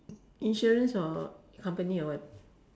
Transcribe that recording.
insurance or company or what